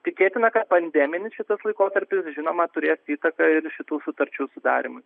tikėtina kad pandeminis šitas laikotarpis žinoma turės įtaką ir šitų sutarčių sudarymui